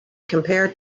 compared